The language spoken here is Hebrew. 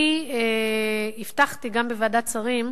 אני הבטחתי גם בוועדת שרים,